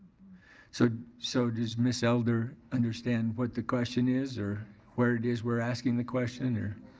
so so does ms. elder understand what the question is or where it is we're asking the question or?